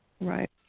Right